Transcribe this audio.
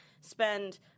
spend